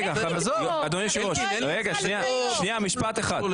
אדוני היושב-ראש,